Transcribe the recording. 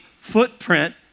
footprint